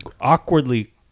awkwardly